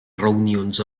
reunions